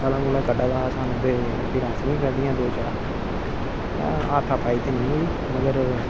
गालां कड्ढा दा हा सानू ते फिर असां बी कड्ढियां दों चार हत्था ते नेई होई मगर